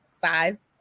size